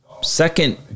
second